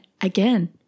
again